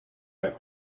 that